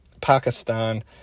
Pakistan